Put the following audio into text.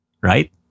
right